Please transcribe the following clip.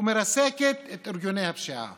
מרסקת את ארגוני הפשיעה